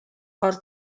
are